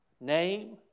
name